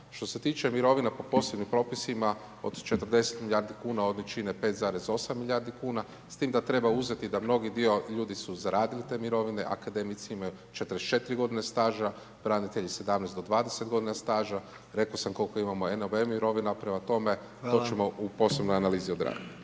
Što se tiče mirovina po posebnim propisima od 40 milijardi kuna, one čine 5,8 milijardi kuna s tim da treba uzeti da mnogi dio ljudi su zaradili te mirovine, Akademici imaju 44 godine staža, branitelji 17 do 20 godina staža, rekao sam koliko imamo NBO mirovina, prema tome…/Upadica: Hvala/…to ćemo u posebnoj analizi obraditi.